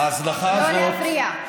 לא להפריע.